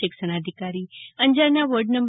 શિક્ષણાધિકારી અંજારના વોર્ડ નં